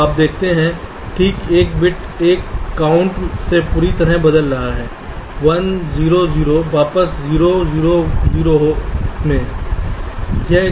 आप देखते हैं ठीक एक बिट एक काउंट से दूसरी में बदल रहा है 1 0 0 वापस से 0 0 0 में सही है